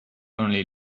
only